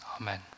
amen